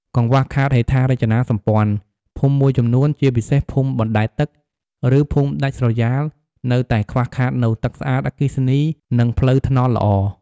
កង្វះខាតហេដ្ឋារចនាសម្ព័ន្ធ ភូមិមួយចំនួន ជាពិសេសភូមិបណ្ដែតទឹក ឬភូមិដាច់ស្រយាលនៅតែខ្វះខាតនូវ ទឹកស្អាត អគ្គិសនី និងផ្លូវថ្នល់ល្អ។